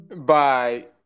Bye